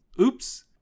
Oops